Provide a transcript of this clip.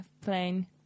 playing